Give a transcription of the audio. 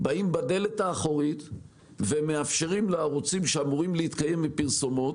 באים בדלת האחורית ומאפשרים לערוצים שאמורים להתקיים מפרסומות